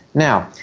now,